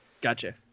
gotcha